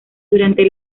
durante